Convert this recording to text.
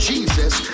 Jesus